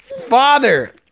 father